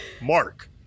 mark